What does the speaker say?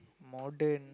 modern